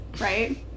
right